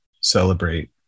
celebrate